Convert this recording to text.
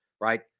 Right